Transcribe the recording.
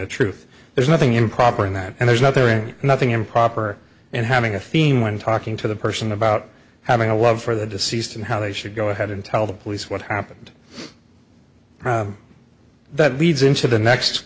the truth there's nothing improper in that and there's nothing nothing improper in having a theme when talking to the person about having a love for the deceased and how they should go ahead and tell the police what happened that leads into the